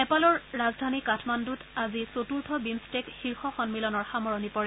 নেপালৰ ৰাজধানী কাঠমাণ্ডত আজি চতূৰ্থ বিমট্টেক শীৰ্ষ সন্মিলনৰ সামৰণি পৰে